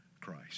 christ